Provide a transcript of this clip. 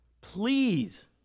Please